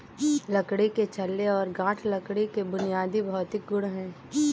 लकड़ी के छल्ले और गांठ लकड़ी के बुनियादी भौतिक गुण हैं